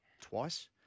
twice